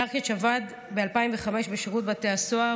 דרקץ עבד ב-2005 בשירות בתי הסוהר.